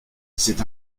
c’est